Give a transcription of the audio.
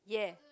ya